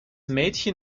mädchen